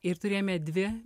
ir turėjome dvi